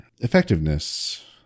Effectiveness